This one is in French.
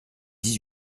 dix